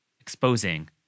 exposing